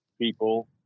people